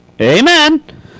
Amen